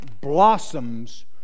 blossoms